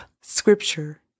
scripture